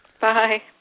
Bye